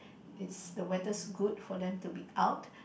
is the weather's good for them to be out